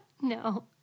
no